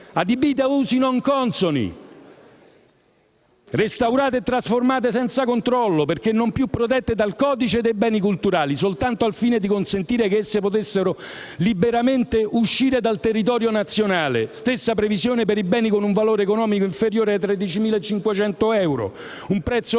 adibite a usi non consoni, restaurate e trasformate senza controllo, perché non più protette dal codice dei beni culturali. Questo soltanto al fine di consentire che esse potessero liberamente uscire dal territorio nazionale. Stessa previsione per i beni con un valore economico inferiore ai 13.500 euro: un prezzo che,